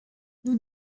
nous